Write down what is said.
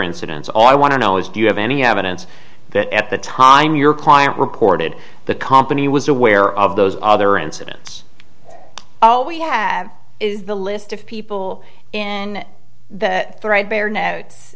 incidents all i want to know is do you have any evidence that at the time your client reported the company was aware of those other incidents all we have is the list of people in that thread bare notes